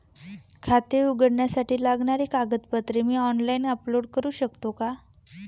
खाते उघडण्यासाठी लागणारी कागदपत्रे मी ऑनलाइन अपलोड करू शकतो का?